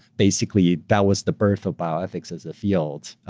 basically, that was the birth of bioethics as a field.